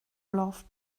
love